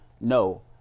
No